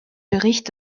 bericht